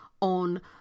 on